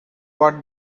what